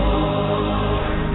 Lord